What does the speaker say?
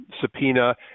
subpoena